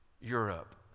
Europe